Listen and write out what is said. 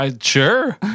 Sure